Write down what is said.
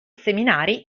seminari